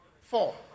Four